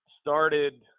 started